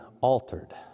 altered